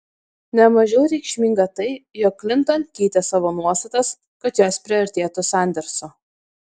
ne mažiau reikšminga tai jog klinton keitė savo nuostatas kad jos priartėtų sanderso